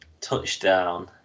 touchdown